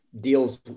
deals